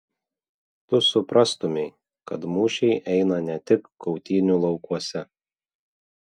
tu suprastumei kad mūšiai eina ne tik kautynių laukuose